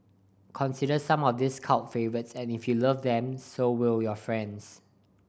consider some of these cult favourites and if you love them so will your friends